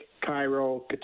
cairo